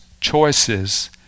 choices